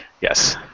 yes